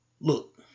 Look